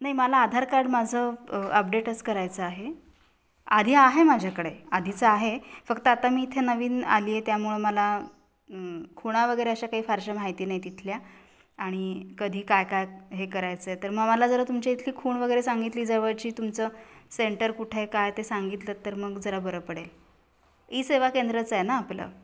नाही मला आधार कार्ड माझं अपडेटच करायचं आहे आधी आहे माझ्याकडे आधीचं आहे फक्त आता मी इथे नवीन आली आहे त्यामुळं मला खूणा वगैरे अशा काही फारशा माहिती नाहीत इथल्या आणि कधी काय काय हे करायचं आहे तर मग मला जरा तुमच्या इथली खूण वगैरे सांगितली जवळची तुमचं सेंटर कुठे काय ते सांगितलंत तर मग जरा बरं पडेल ई सेवा केंद्रच आहे ना आपलं